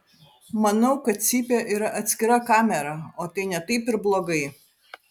manau kad cypė yra atskira kamera o tai ne taip ir blogai